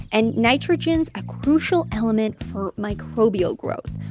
and nitrogen is a crucial element for microbial growth.